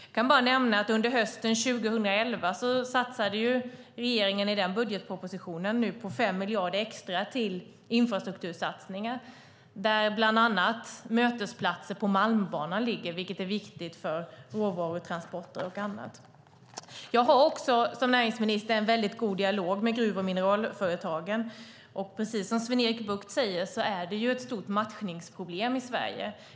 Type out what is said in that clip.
Jag kan nämna att under hösten 2011 satsade regeringen i budgetpropositionen 5 miljarder extra till infrastruktursatsningar, där bland annat mötesplatser på Malmbanan finns med - vilket är viktigt för råvarutransporter och annat. Jag har som näringsminister en god dialog med gruv och mineralföretagen. Precis som Sven-Erik Bucht säger är det ett stort matchningsproblem i Sverige.